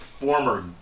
former